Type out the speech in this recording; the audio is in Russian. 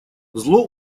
зло